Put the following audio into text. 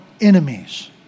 enemies